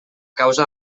causa